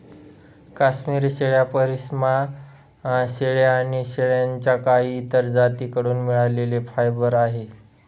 काश्मिरी शेळ्या, पश्मीना शेळ्या आणि शेळ्यांच्या काही इतर जाती कडून मिळालेले फायबर आहे